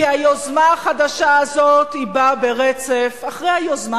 כי היוזמה החדשה הזאת היא באה ברצף אחרי היוזמה